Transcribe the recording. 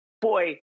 boy